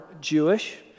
Jewish